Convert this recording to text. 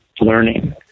learning